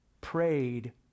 prayed